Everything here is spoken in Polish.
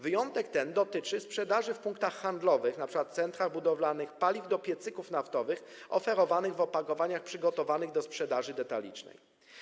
Wyjątek ten dotyczy sprzedaży w punktach handlowych, np. centrach budowlanych, paliw do piecyków naftowych oferowanych w opakowaniach przygotowanych do sprzedaży detalicznej.